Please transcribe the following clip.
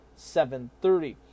7.30